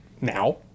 now